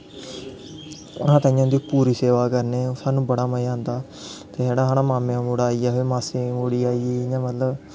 अस ताइयें उं'दी इ'यां पूरी सेवा करने सानूं बड़ा मज़ा आंदा ते जेह्ड़ा साढ़े माम्मे दा मुड़ा आईया माढ़ी मासी दी कुड़ी आई गेई इ'यां मतलब